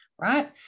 right